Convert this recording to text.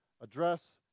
address